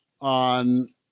on